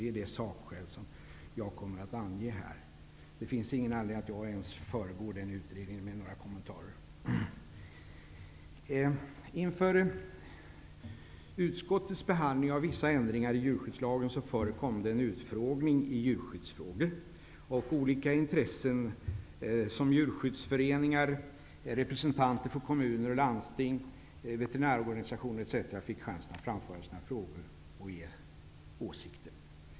Det är det sakskäl som jag kommer att ange här. Det finns ingen anledning för mig att föregripa den utredningen med några kommentarer. Inför utskottets behandling av vissa ändringar i djurskyddslagen förekom en utfrågning i djurskyddsfrågor. Olika intressen, t.ex djurskyddsföreningar, representanter för kommuner och landsting, veterinärorganisationer, etc., fick chansen att framföra sina frågor och åsikter.